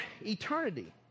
eternity